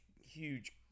huge